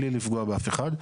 בלי לפגוע באף אחד,